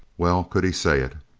well could he say it.